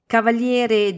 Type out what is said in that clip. Cavaliere